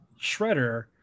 Shredder